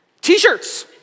T-shirts